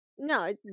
No